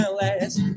last